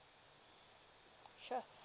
sure